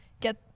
get